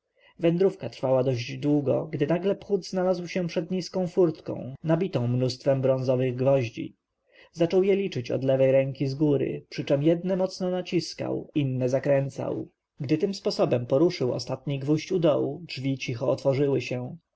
wędrówka trwała dość długo gdy nagle phut znalazł się przed niską furtką nabitą mnóstwem bronzowych gwoździ zaczął je liczyć od lewej ręki zgóry przyczem jedne mocno naciskał inne zakręcał gdy tym sposobem poruszył ostatni gwóźdź u dołu drzwi cicho otworzyły się